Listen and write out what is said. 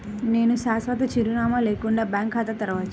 నేను శాశ్వత చిరునామా లేకుండా బ్యాంక్ ఖాతా తెరవచ్చా?